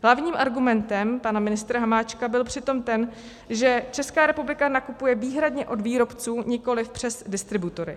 Hlavním argumentem pana ministra Hamáčka byl přitom ten, že Česká republika nakupuje výhradně od výrobců, nikoliv přes distributory.